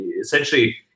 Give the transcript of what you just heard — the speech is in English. essentially